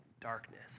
darkness